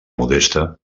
modesta